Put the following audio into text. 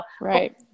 Right